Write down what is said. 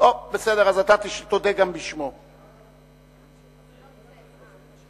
יש טעם בפניותיכם, אני אומר את זה לאזרחים.